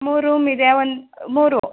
ಮೂರು ರೂಮ್ ಇದೆ ಒಂದು ಮೂರು